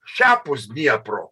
šiapus dniepro